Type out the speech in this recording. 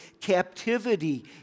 captivity